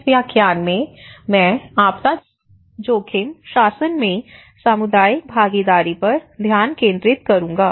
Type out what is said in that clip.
इस व्याख्यान में मैं आपदा जोखिम शासन में सामुदायिक भागीदारी पर ध्यान केंद्रित करूंगा